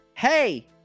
Hey